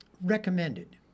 recommended